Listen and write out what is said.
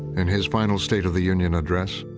in his final state of the union address,